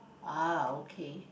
ah okay